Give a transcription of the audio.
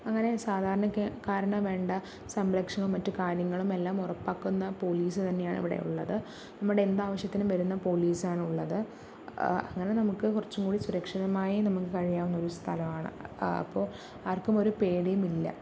അങ്ങനെ സാധാരണക്കാരന് വേണ്ട സംരക്ഷണവും മറ്റു കാര്യങ്ങളും എല്ലാം ഉറപ്പാക്കുന്ന പോലീസ് തന്നെയാണ് ഇവിടെയുള്ളത് നമ്മുടെ എന്താവശ്യത്തിനും വരുന്ന പോലീസാണ് ഉള്ളത് അങ്ങനെ നമുക്ക് കുറച്ചു കൂടി സുരക്ഷിതമായി നമുക്ക് കഴിയാവുന്ന ഒരു സ്ഥലമാണ് അപ്പോൾ ആർക്കും ഒരു പേടിയും ഇല്ല